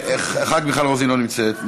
מיכל רוזין, לא נמצאת,